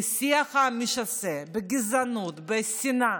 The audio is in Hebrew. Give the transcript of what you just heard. בשיח המשסה, בגזענות, בשנאה,